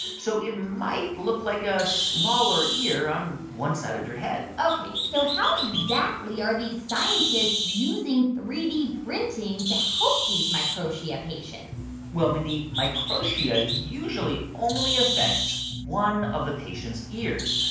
so it might look like a smaller ear on one side of your head ok. so how exactly are these scientists using three d printing to help these microtia patients? well, mindy, microtia usually only affects one of the patient's ears,